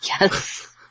Yes